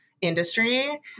industry